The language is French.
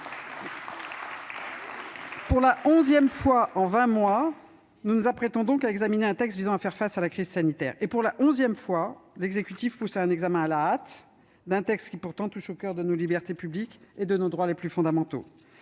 Pour la onzième fois en vingt mois, nous nous apprêtons à examiner un texte visant à faire face à la crise sanitaire. Et pour la onzième fois, l'exécutif nous pousse à examiner à la hâte un texte qui, pourtant, touche au coeur de nos libertés publiques et de nos droits les plus fondamentaux.